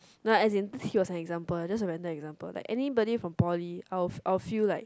no as in he was an example just a random example like anybody from poly I will f~ I will feel like